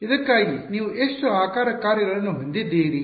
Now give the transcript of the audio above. ಇದಕ್ಕಾಗಿ ನೀವು ಎಷ್ಟು ಆಕಾರ ಕಾರ್ಯಗಳನ್ನು ಹೊಂದಿದ್ದೀರಿ